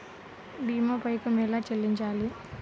భీమా పైకం ఎలా చెల్లించాలి?